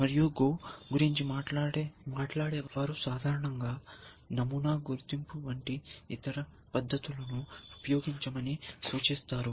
మరియు GO గురించి మాట్లాడే వారు వారు సాధారణంగా నమూనా గుర్తింపు వంటి ఇతర పద్ధతులను ఉపయోగించమని సూచిస్తారు